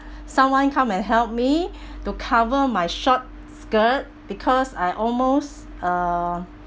someone come and help me to cover my short skirt because I almost uh